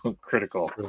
critical